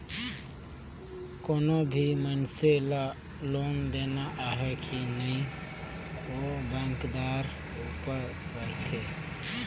कोनो भी मइनसे ल लोन देना अहे कि नई ओ बेंकदार उपर रहथे